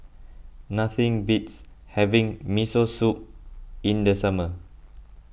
nothing beats having Miso Soup in the summer